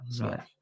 Right